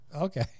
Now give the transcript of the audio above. Okay